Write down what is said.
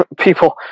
people